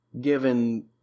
given